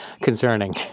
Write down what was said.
concerning